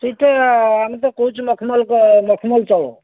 ସେଇଟା ଆମେ ତ କହୁଛୁ ମଖ୍ମଲ୍ ମଖ୍ମଲ୍ ଚାଉଳ